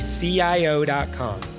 CIO.com